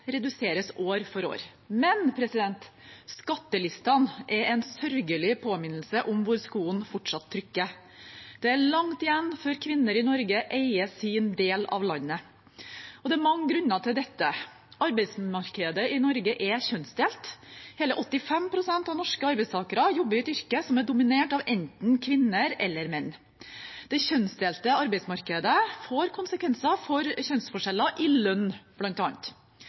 i Norge eier sin del av landet. Det er mange grunner til dette. Arbeidsmarkedet i Norge er kjønnsdelt. Hele 85 pst. av norske arbeidstakere jobber i et yrke som er dominert av enten kvinner eller menn. Det kjønnsdelte arbeidsmarkedet får konsekvenser for forskjeller i bl.a. lønn.